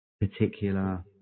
particular